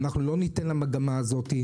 אנחנו לא ניתן למגמה הזאת.